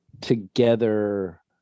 together